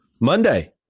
Monday